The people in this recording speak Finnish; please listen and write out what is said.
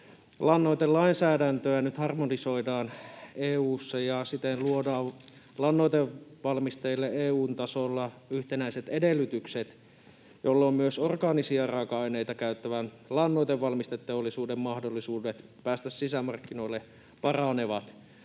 lannoitelainsäädäntöä nyt harmonisoidaan EU:ssa ja siten luodaan lannoitevalmisteille EU:n tasolla yhtenäiset edellytykset, jolloin myös orgaanisia raaka-aineita käyttävän lannoitevalmisteteollisuuden mahdollisuudet päästä sisämarkkinoille paranevat.